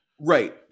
right